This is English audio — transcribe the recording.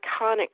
iconic